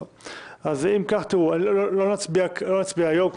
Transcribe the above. נצביע היום,